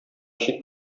чит